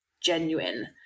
genuine